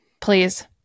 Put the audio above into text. Please